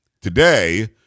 Today